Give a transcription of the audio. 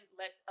let